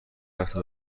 قصد